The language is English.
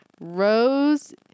Rose